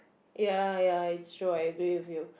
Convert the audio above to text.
ya ya it's true I agree with you